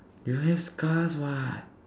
you will have scars what